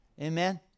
Amen